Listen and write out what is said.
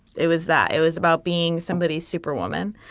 it was that it was about being somebody's superwoman,